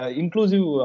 inclusive